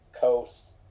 Coast